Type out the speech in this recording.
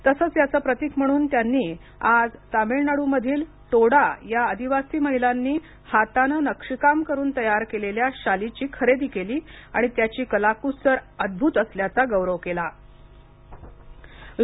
तसेच याचे प्रतीक म्हणून त्यांनी आज तामिळनाडूमधील टोडा या आदिवासी महिलांनी हाताने नक्षीकाम करून तयार केलेल्या शालीची खरेदी केली आणि त्याची कलाकुसर अद्भुत असल्याचा गौरवही पंतप्रधानांनी केला